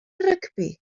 rygbi